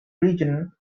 region